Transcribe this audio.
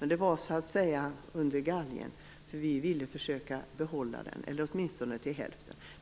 i vår budget. Vi ville försöka att behålla den, åtminstone till hälften.